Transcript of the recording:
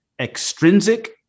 extrinsic